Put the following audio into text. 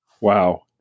wow